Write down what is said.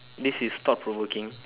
this is thought provoking